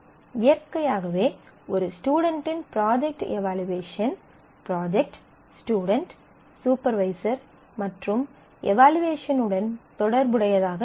இயற்கையாகவே ஒரு ஸ்டுடென்ட்டின் project evaluation project student supervisor மற்றும் எவலுயேசன் உடன் தொடர்புடையதாக இருக்கும்